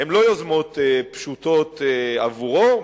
הן לא יוזמות פשוטות עבורו,